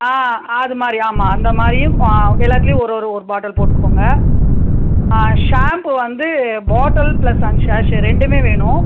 ஆ அதுமாதிரி ஆமாம் அந்தமாதிரியும் எல்லாத்துலேயும் ஒரு ஒரு ஒரு பாட்டில் போட்டுக்கோங்க ஷாம்பு வந்து பாட்டில் ப்ளஸ் அண்ட் ஷாஷே ரெண்டுமே வேணும்